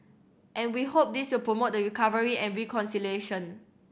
and we hope this will promote the recovery and reconciliation